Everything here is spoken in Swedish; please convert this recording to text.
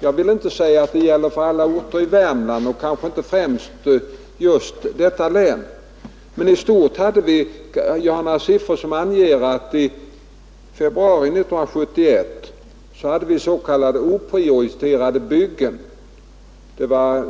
Det gäller kanske inte för alla orter i Värmland och inte främst för just detta län. Jag har emellertid siffror som visar att i februari 1971 hade vis.k. oprioriterade byggen — det var